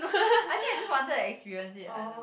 I think I just wanted to experience it I don't know